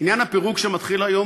עניין הפירוק שמתחיל היום,